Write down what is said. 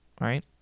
right